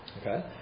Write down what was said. Okay